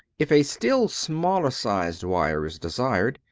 if a still smaller sized wire is desired,